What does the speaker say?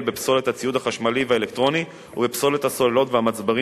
בפסולת הציוד החשמלי והאלקטרוני ובפסולת הסוללות והמצברים